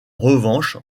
revanche